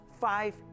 five